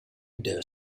dare